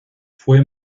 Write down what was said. fue